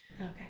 Okay